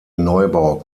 neubau